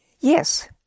Yes